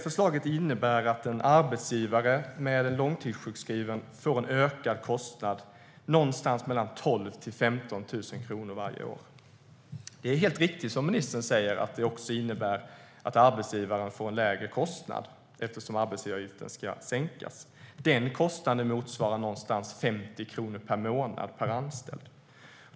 Förslaget innebär att en arbetsgivare som har en långtidssjukskriven får en ökad kostnad på någonstans mellan 12 000 kronor och 15 000 kronor varje år. Det är helt riktigt som ministern säger att förslaget också innebär att arbetsgivaren får en lägre kostnad, eftersom arbetsgivaravgiften ska sänkas. Den kostnaden motsvarar ungefär 50 kronor per månad och anställd.